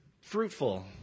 fruitful